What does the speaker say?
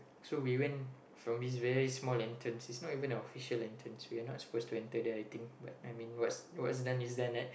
so we when from this very small entrance is not even a official entrance we're not supposed to enter there I think but I mean what's what's done is done right